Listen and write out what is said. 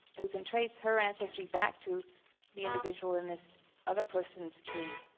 who can trace her ancestry back to the individual in this other person's tree.